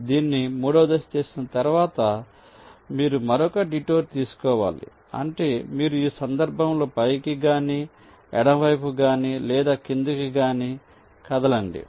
మీరు దీన్ని మూడవ దశ చేసిన తర్వాత మీరు మరొక డిటూర్ తీసుకోవాలి అంటే మీరు ఈ సందర్భంలో పైకి గాని ఎడమ వైపుకు గాని లేదా క్రిందికి గాని కదలండి